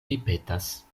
ripetas